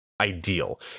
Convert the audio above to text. ideal